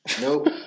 Nope